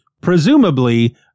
presumably